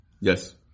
Yes